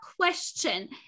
question